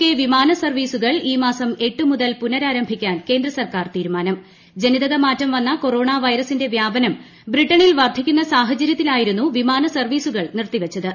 K വിമാന സർവ്വീസുകൾ ഈ മാസം എട്ട് മുതൽ പുനരാരംഭിക്കാൻ കേന്ദ്ര സർക്കാർ തീരുമാനം ജനിതക മാറ്റം വന്ന കൊറോണ വൈറസിന്റെ വ്യാപനം ബ്രിട്ടണിൽ വർദ്ധിക്കുന്ന സാഹചര്യത്തിലായിരുന്നു വിമാന സർവ്വീസുകൾ നിർത്തി വച്ചത്